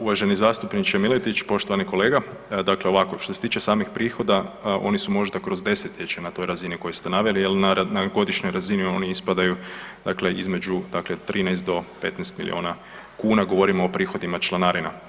Uvaženi zastupniče Miletić, poštovani kolega, dakle ovako što se tiče samih prihoda oni su možda kroz desetljeće na toj razini koju ste naveli jer na godišnjoj razini oni ispadaju dakle između dakle 13 do 15 miliona kuna, govorimo o prihodima članarina.